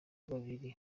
babiri